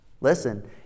listen